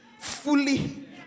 fully